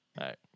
right